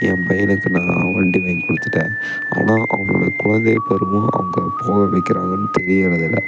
என் பையனுக்கு நான் வண்டி வாங்கி கொடுத்துட்டேன் ஆனால் அவனோடய குழந்தை பருவம் அவங்க போக வைக்கிறாங்கன்னு தெரியறது இல்லை